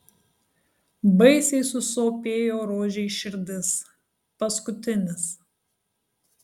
baisiai susopėjo rožei širdis paskutinis